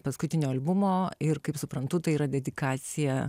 paskutinio albumo ir kaip suprantu tai yra dedikacija